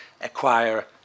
acquire